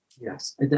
Yes